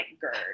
GERD